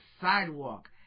sidewalk